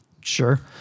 Sure